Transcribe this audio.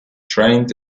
trained